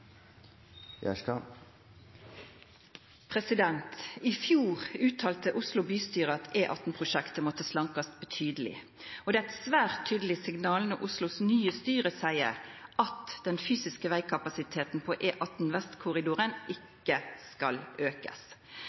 Gjerstad. I fjor uttalte Oslo bystyre at E18-prosjektet måtte bli slanka betydeleg, og det er eit svært tydeleg signal når Oslos nye styre seier at den fysiske vegkapasiteten på E18 Vestkorridoren ikkje skal aukast.